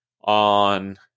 on